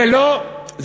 זה לא נטל?